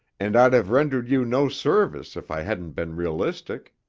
and i'd have rendered you no service if i hadn't been realistic,